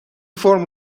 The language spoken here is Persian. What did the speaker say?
فرم